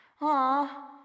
aw